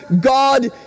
God